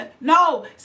no